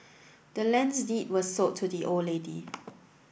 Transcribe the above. the land's deed was sold to the old lady